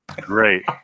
Great